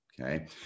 Okay